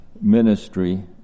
ministry